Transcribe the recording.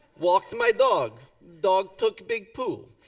walked my dog. dog took big poo.